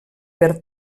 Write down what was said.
per